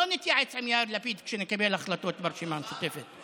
לא נתייעץ עם יאיר לפיד כשנקבל החלטות ברשימה המשותפת.